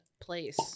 place